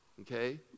okay